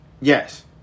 Yes